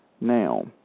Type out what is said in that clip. Now